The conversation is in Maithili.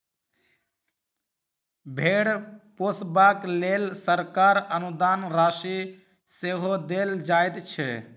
भेंड़ पोसबाक लेल सरकार अनुदान राशि सेहो देल जाइत छै